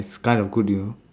it's kind of good you know